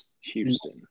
Houston